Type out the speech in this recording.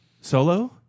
solo